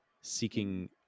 seeking